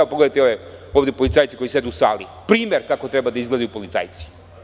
Pogledajte ove policajce koji sede u sali – primer kako treba da izgledaju policajci.